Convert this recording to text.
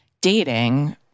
dating